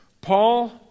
Paul